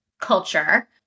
culture